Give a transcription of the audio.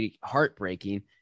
heartbreaking